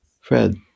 Fred